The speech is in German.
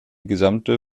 gesamte